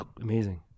amazing